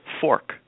fork